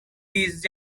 his